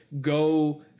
go